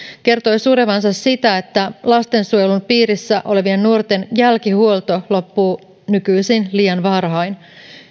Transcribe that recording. kertoi surevansa sitä että lastensuojelun piirissä olevien nuorten jälkihuolto loppuu nykyisin liian varhain